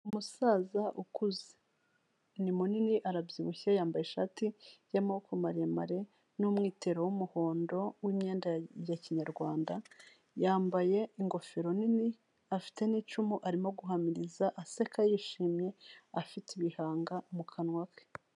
Umusaza ukuze, ni munini arabyibushye yambaye ishati y'amaboko maremare n'umwitero w'umuhondo w'imyenda ya kinyarwanda, yambaye ingofero nini, afite n'icumu arimo guhamiriza aseka yishimye, afite ibihanga mu kanwa ke.